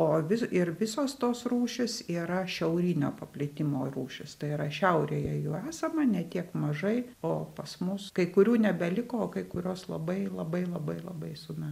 o vis ir visos tos rūšys yra šiaurinio paplitimo rūšys tai yra šiaurėje jų esama ne tiek mažai o pas mus kai kurių nebeliko o kai kurios labai labai labai labai sume